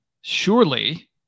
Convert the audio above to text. surely